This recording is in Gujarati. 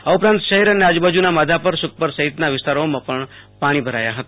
આ ઉપરાંત શહેર અને આજબાજુના માધાપર સુખપર સહિતના વિસ્તારોમાં પાણી ભરાયા હતા